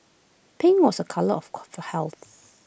pink was A colour of course of health